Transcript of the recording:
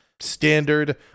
standard